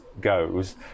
goes